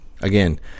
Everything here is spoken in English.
Again